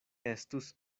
estus